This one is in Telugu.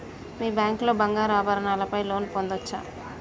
మీ బ్యాంక్ లో బంగారు ఆభరణాల పై లోన్ పొందచ్చా?